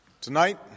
Tonight